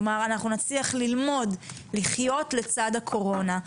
כלומר, אנחנו נצליח ללמוד לחיות לצד הקורונה.